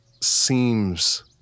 seems